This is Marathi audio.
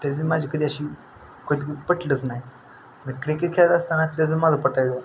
त्याचे माझी कधी अशी कधी की पटलंच नाही मग क्रिकेट खेळत असताना त्याचं माझं पटायचं